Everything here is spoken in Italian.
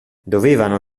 dovevano